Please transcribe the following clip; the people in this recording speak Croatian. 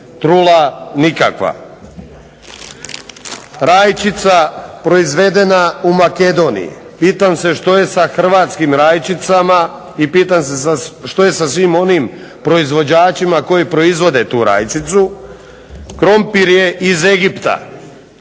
trula nikakva. Rajčica proizvedena u Makedoniji, pitam se što je sa hrvatskim rajčicama i pitam se što je sa svim onim proizvođačima koji proizvode tu rajčicu, krumpir je iz Egipta,